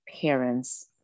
parents